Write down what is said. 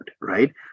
right